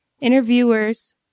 Interviewers